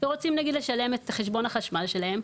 והם רוצים נגיד לשלם את חשבון החשמל שלהם,